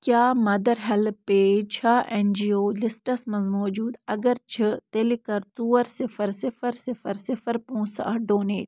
کیٛاہ mother help page چھا NGO lists منٛز موٗجوٗد اگر چھُ تیٚلہِ کَر ژور صِفَر صِفَر صِفَر صِفَر پونٛسہٕ اَتھ ڈونیٹ